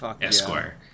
Esquire